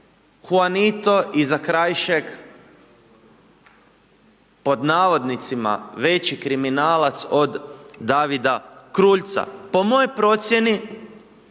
Huanito i Zakrajšek pod navodnicima veći kriminalac od Davida Kruljca? Po mojoj procijeni